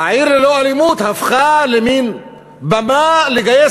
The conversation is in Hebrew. ה"עיר ללא אלימות" הפכה למין במה לגייס